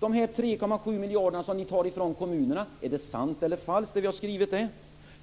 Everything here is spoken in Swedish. De här 3,7 miljarderna som ni tar från kommunerna - är det sant eller falskt, det vi har skrivit om det?